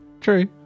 True